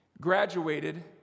graduated